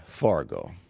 Fargo